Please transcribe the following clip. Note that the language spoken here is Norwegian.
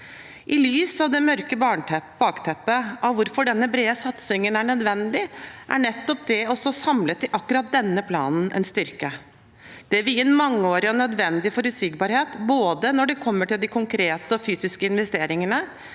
Med det mørke bakteppet for hvorfor denne brede satsingen er nødvendig, er nettopp det å stå samlet i akkurat denne planen en styrke. Det vil gi en mangeårig og nødvendig forutsigbarhet både når det gjelder de konkrete og fysiske investeringene,